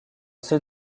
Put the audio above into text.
ceux